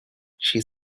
she